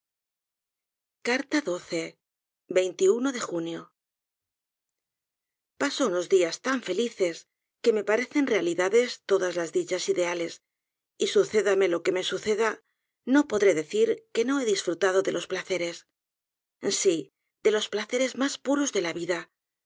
ojos de junio paso unos días tan felices que me parecen realidades todas las dichas ideales y sucédameloque me suceda no podré decir que no he disfrutado délos placeres sí de los placeres mas puros dé kvvidá